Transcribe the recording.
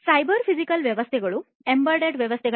cyber physical ವ್ಯವಸ್ಥೆಗಳು embedded ವ್ಯವಸ್ಥೆಗಳು